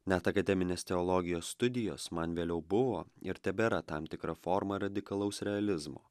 net akademinės teologijos studijos man vėliau buvo ir tebėra tam tikra forma radikalaus realizmo